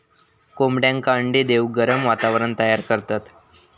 कोंबड्यांका अंडे देऊक गरम वातावरण तयार करतत